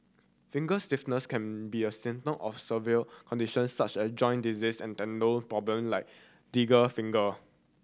finger stiffness can be a symptom of several conditions such as joint disease and tendon problem like finger